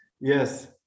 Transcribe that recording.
yes